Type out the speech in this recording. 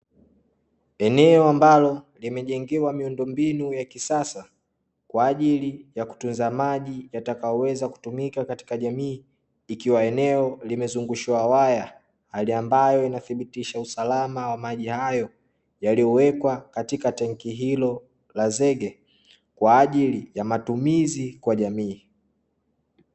Eneo ambalo limejengewa miundombinu ya kisasa, kwa ajili ya kutunza maji yatakayoweza kutumika katika jamii, ikiwa eneo limezungushiwa waya hali ambayo inathibitisha usalama wa maji hayo, yaliyowekwa katika tenki hilo la zege kwa ajili ya matumizi kwa jamii.